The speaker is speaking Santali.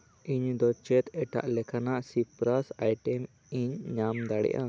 ᱤᱧᱫᱚ ᱪᱮᱫ ᱮᱴᱟᱜ ᱞᱮᱠᱟᱱᱟᱜ ᱥᱤᱯᱨᱟᱥ ᱟᱭᱴᱮᱢ ᱤᱧ ᱧᱟᱢ ᱫᱟᱲᱤᱭᱟᱜᱼᱟ